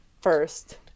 first